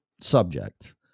subject